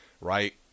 right